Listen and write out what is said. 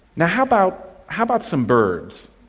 now how about how about some birds?